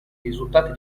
risultati